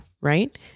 right